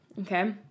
okay